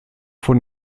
von